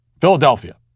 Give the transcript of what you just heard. Philadelphia